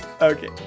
Okay